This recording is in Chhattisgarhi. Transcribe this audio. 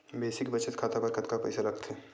बेसिक बचत खाता बर कतका पईसा लगथे?